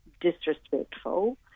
disrespectful